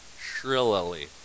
shrilly